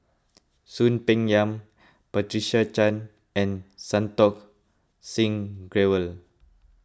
Soon Peng Yam Patricia Chan and Santokh Singh Grewal